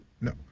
No